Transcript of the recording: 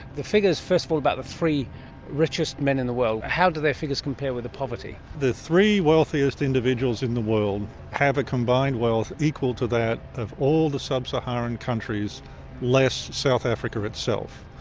the figures, first of all, about the three richest men in the world how do their figures compare with the poverty? the three wealthiest individuals in the world have a combined wealth equal to that of all the sub-saharan, less south africa itself.